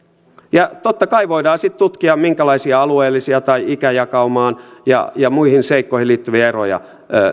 totta kai voidaan sitten tutkia minkälaisia alueellisia tai ikäjakaumaan ja ja muihin seikkoihin liittyviä eroja